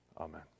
amen